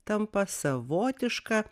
tampa savotiška